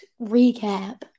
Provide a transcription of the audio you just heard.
recap